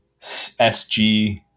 sg